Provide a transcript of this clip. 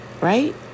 right